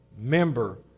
member